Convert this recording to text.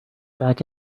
back